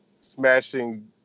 smashing